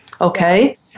Okay